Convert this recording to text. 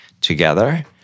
together-